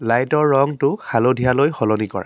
লাইটৰ ৰংটো হালধীয়ালৈ সলনি কৰা